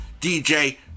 dj